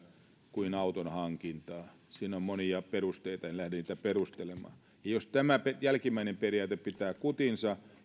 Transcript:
kuin auton hankintaa siihen on monia perusteita en lähde niitä perustelemaan jos tämä jälkimmäinen periaate pitää kutinsa